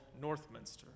Northminster